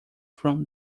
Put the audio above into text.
from